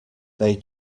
they